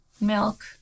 milk